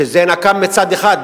שזה נקם מצד אחד,